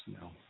no